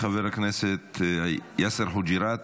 חבר הכנסת יאסר חוג'יראת,